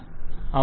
vendor అవును